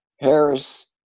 Harris